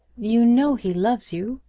you know he loves you.